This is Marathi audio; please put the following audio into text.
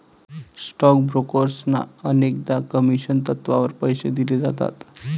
स्टॉक ब्रोकर्सना अनेकदा कमिशन तत्त्वावर पैसे दिले जातात